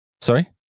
Sorry